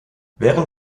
während